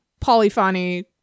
polyphony